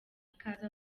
ikaze